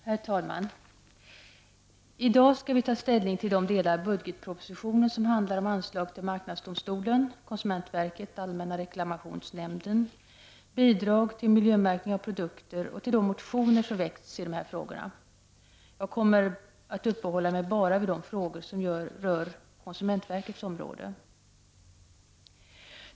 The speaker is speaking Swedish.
Herr talman! I dag skall vi ta ställning till de delar av budgetpropositionen som handlar om anslag till marknadsdomstolen, konsumentverket, allmänna reklamationsnämnden och bidrag till miljömärkning av produkter samt till de motioner som väckts i de här frågorna. Jag kommer att uppehålla mig bara vid de frågor som rör konsumentverkets område.